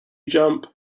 jump